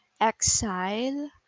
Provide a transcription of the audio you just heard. Exile